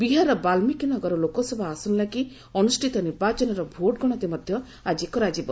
ବିହାରର ବାଲ୍ସିକୀ ନଗର ଲୋକସଭା ଆସନ ଲାଗି ଅନୁଷ୍ଠିତ ନିର୍ବାଚନର ଭୋଟଗଣତି ମଧ୍ୟ ଆଜି କରାଯିବ